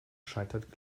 scheitert